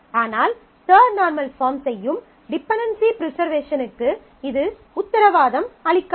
ஆனால் third normal form செய்யும் dependency ப்ரிஸர்வேஷனுக்கு இது உத்தரவாதம் அளிக்காது